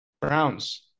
Browns